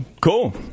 cool